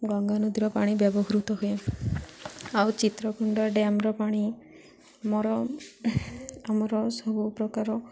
ଗଙ୍ଗା ନଦୀର ପାଣି ବ୍ୟବହୃତ ହୁଏ ଆଉ ଚିତ୍ରକୁଣ୍ଡା ଡ୍ୟାମ୍ର ପାଣି ଆମର ଆମର ସବୁ ପ୍ରକାର